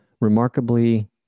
remarkably